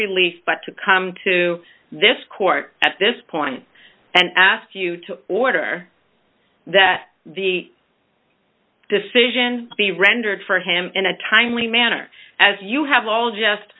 release but to come to this court at this point and ask you to order that the decision be rendered for him in a timely manner as you have all just